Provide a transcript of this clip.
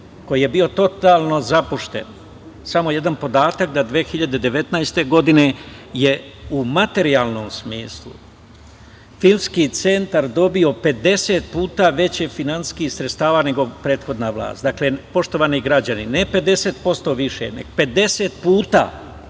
koji je bio totalno zapušten, samo jedan podatak, 2019. godine je u materijalnom smislu Filmski centar dobio 50 puta više finansijskih sredstava nego prethodna vlast. Dakle, poštovani građani, ne 50% više, nego 50 puta